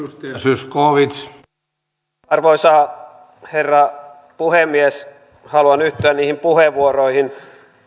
arvoisa herra puhemies haluan yhtyä niihin puheenvuoroihin